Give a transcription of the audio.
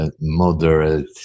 moderate